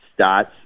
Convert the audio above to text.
stats